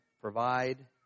provide